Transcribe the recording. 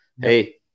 Hey